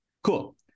cool